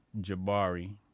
Jabari